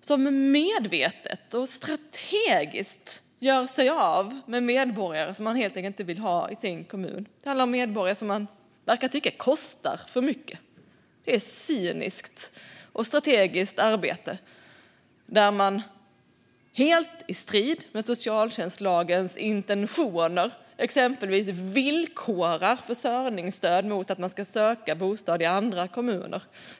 som medvetet och strategiskt gör sig av med medborgare som de helt enkelt inte vill ha i sin kommun. Det handlar om medborgare som de verkar tycka kostar för mycket. Det är ett cyniskt och strategiskt arbete där de helt i strid med socialtjänstlagens intentioner exempelvis villkorar försörjningsstöd mot att människor ska söka bostad i andra kommuner.